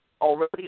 already